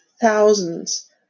thousands